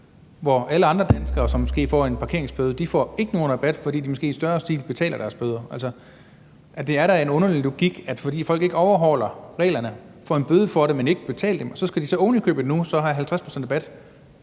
hvor alle andre danskere, som måske får en parkeringsbøde, ikke får nogen rabat, fordi de måske i større stil betaler deres bøder? Det er da en underlig logik, at fordi folk ikke overholder reglerne og får en bøde, men så ikke betaler, skal de ovenikøbet nu have 50 pct.